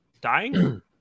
dying